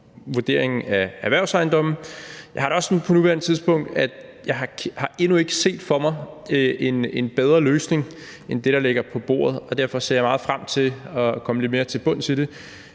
vurderingen af erhvervsejendomme. Jeg har det også sådan på nuværende tidspunkt, at jeg endnu ikke har set en bedre løsning for mig end det, der ligger på bordet, og derfor ser jeg meget frem til at komme lidt mere til bunds i det.